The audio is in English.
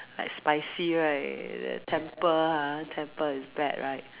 like spicy right that temper ah temper is bad right mm